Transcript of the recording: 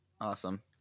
awesome